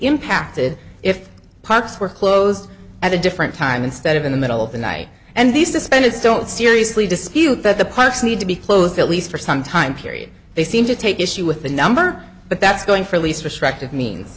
impacted if parks were closed at a different time instead of in the middle of the night and these suspended don't seriously dispute that the parks need to be closed at least for some time period they seem to take issue with the number but that's going for a least destructive means